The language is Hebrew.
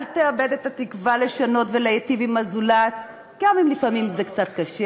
אל תאבד את התקווה לשנות ולהיטיב עם הזולת גם אם לפעמים זה קצת קשה,